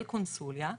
אל קונסוליה,